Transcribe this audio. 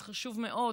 זה חשוב מאוד,